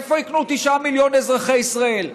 איפה יקנו 9 מיליון אזרחי ישראל?